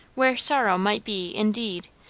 where sorrow might be, indeed,